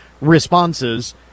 responses